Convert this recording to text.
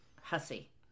hussy